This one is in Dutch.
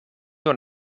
door